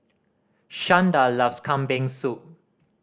Shanda loves Kambing Soup